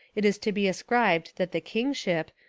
it is to be ascribed that the kingship,